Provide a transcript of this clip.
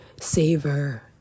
savor